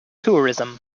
tourism